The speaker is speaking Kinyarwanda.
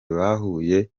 bahuye